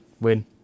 win